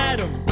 Adam